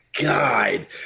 God